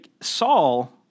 Saul